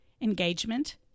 engagement